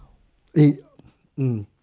eh hmm